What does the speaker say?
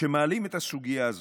שמעלות את הסוגיה הזאת.